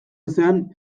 ezean